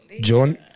John